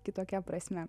kitokia prasme